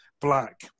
black